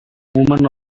woman